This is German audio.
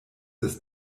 des